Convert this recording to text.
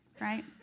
right